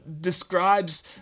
describes